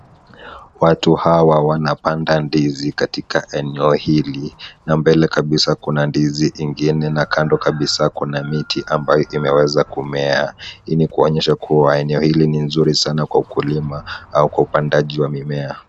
Watu hawa wanapanda ndizi katika eneo hili na mbele kabisa kuna ndizi ingine na kando kabisa kuna miti ambayo imeweza kumea. Hii ni kuonyesha kuwa eneo hili ni nzuri sana kwa ukulima au kwa upandaji wa mimea.